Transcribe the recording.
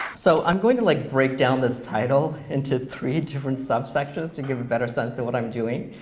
so i'm going to like break down this title into three different subsections to give a better sense of what i'm doing.